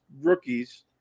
rookies